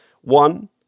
One